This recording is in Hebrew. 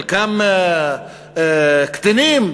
חלקם קטינים,